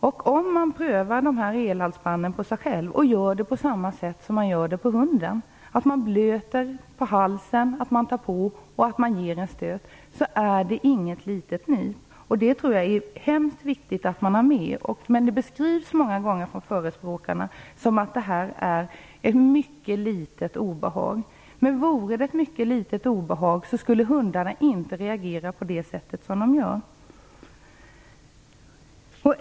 Om man prövar elhalsbandet på sig själv på samma sätt som man gör det på hunden - dvs. man blöter halsen, tar på halsbandet och framkallar en stöt - finner man att det är inte fråga om något litet nyp. Jag tror att det är hemskt viktigt att man är medveten om det. Men det beskrivs många gånger från förespråkarna som att det här rör sig om ett mycket litet obehag. Vore det ett mycket litet obehag, skulle hundarna inte reagera på det sätt som de gör.